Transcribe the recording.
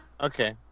Okay